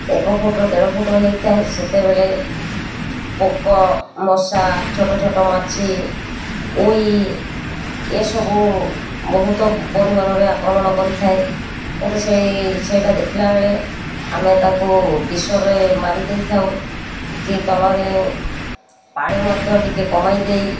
ଏକ ଫୁଟ୍ରୁ ଦେଢ଼ ଫୁଟ୍ ହୋଇଥାଏ ସେତେବେଳେ ପୋକ ମଶା ଛୋଟ ଛୋଟ ମାଛି ଉଈ ଏସବୁ ବହୁତ ପରିମାଣରେ ଆକ୍ରମଣ କରିଥାଏ କିନ୍ତୁ ସେଇ ସେଇଟା ଦେଖିଲା ବେଳେ ଆମେ ତାକୁ ବିଷରେ ମାରିଦେଇଥାଉ କି ତଳରେ ପାଣି ମଧ୍ୟ ଟିକିଏ କମାଇ ଦେଇ